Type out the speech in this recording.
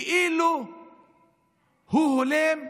כאילו הוא הולם,